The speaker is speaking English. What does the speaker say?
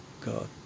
God